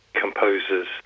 composers